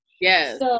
Yes